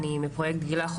אני מפרויקט גילה,